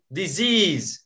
disease